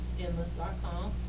endless.com